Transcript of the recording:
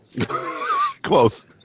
Close